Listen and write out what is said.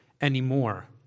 anymore